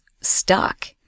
stuck